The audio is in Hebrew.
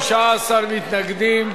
התשע"א 2011,